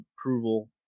approval